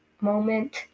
moment